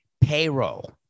Payroll